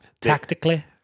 Tactically